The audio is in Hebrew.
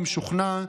אם שוכנע,